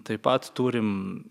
taip pat turim